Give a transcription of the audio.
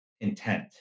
intent